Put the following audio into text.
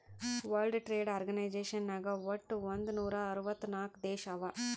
world trade organization ನಾಗ್ ವಟ್ ಒಂದ್ ನೂರಾ ಅರ್ವತ್ ನಾಕ್ ದೇಶ ಅವಾ